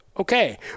okay